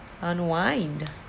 Unwind